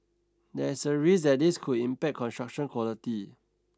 there is a risk that this could impact construction quality